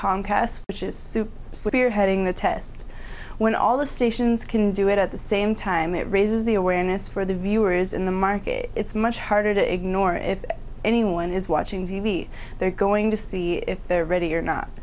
comcast which is what we're heading the test when all the stations can do it at the same time it raises the awareness for the viewers in the market it's much harder to ignore if anyone is watching t v they're going to see if they're ready or not